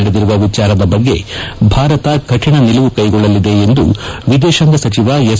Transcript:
ನಡೆದಿರುವ ವಿಚಾರದ ಬಗ್ಗೆ ಭಾರತ ಕಠಿಣ ನಿಲುವು ಕ್ವೆಗೊಳ್ಳಲಿದೆ ಎಂದು ವಿದೇಶಾಂಗ ಸಚಿವ ಎಸ್